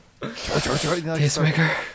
Tastemaker